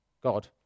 God